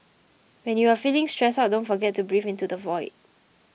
when you are feeling stressed out don't forget to breathe into the void